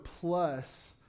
plus